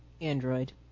Android